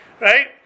right